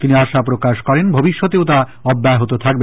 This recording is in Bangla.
তিনি আশা প্রকাশ করেন ভবিষ্যতেও তা অব্যাহত থাকবে